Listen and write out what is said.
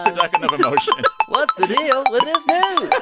like and of emotion what's the deal with this news?